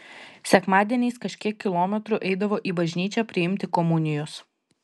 sekmadieniais kažkiek kilometrų eidavo į bažnyčią priimti komunijos